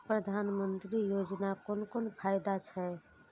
प्रधानमंत्री योजना कोन कोन फायदा छै?